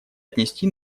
отнести